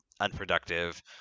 unproductive